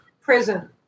prison